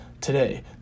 today